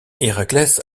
héraclès